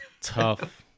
tough